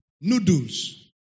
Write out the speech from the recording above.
noodles